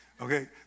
Okay